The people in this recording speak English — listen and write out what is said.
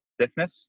stiffness